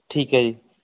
ਠੀਕ ਹੈ ਜੀ